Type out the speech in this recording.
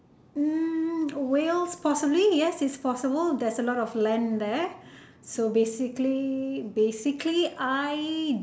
mm Wales possibly yes it's possible there's a lot of land there so basically basically I